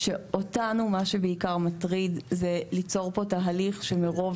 שמה שבעיקר מטריד אותנו זה ליצור פה תהליך שמרוב